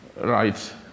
Right